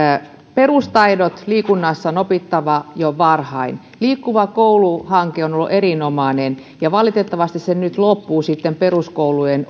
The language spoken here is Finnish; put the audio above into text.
perustaidot liikunnassa on opittava jo varhain liikkuva koulu hanke on ollut erinomainen ja valitettavasti se nyt sitten loppuu peruskoulujen